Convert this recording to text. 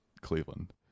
Cleveland